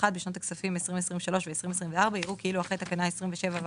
1.בשנות הכספים 2023 ו-2024 יראו כאילו אחרי תקנה 27ו